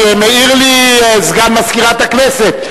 מעיר לי סגן מזכירת הכנסת.